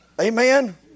Amen